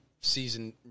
season